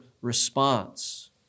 response